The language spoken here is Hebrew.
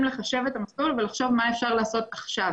לחשב את המסלול ולחשוב מה אפשר לעשות עכשיו.